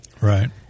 Right